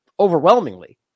Overwhelmingly